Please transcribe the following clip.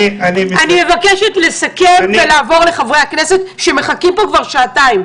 אני מבקשת לסכם ולעבור לחברי הכנסת שמחכים פה כבר שעתיים.